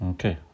Okay